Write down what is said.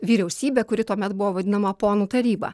vyriausybė kuri tuomet buvo vadinama ponų taryba